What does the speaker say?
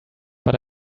but